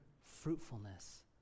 fruitfulness